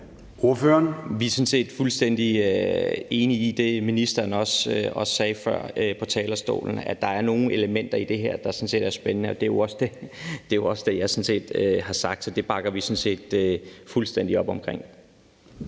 set fuldstændig enige i det, ministeren sagde før på talerstolen, altså at der er nogle elementer i det her, der er spændende. Det er jo sådan set også det, jeg har sagt, så det bakker vi fuldstændig op omkring.